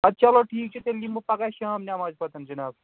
اَدٕ چلو ٹھیٖک چھِ تیٚلہِ یِمہٕ بہٕ پگاہ شام نٮ۪مازِ پَتَن جِناب